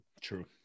true